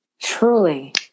truly